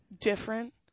Different